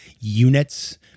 units